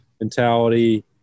mentality